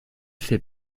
fait